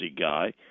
guy